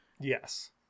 yes